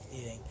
Eating